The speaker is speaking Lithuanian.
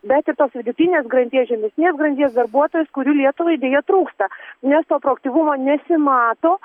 bet ir tos vidutinės grandies žemesnės grandies darbuotojus kurių lietuvai deja trūksta nes to proaktyvumo nesimato